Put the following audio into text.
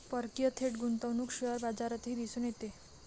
परकीय थेट गुंतवणूक शेअर बाजारातही दिसून येते